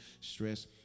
stress